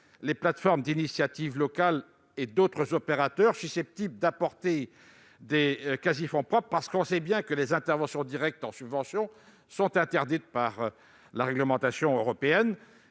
les plateformes d'initiative locale et d'autres opérateurs susceptibles d'apporter des quasi-fonds propres. Les interventions directes en subventions étant interdites par la réglementation européenne,